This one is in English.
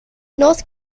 north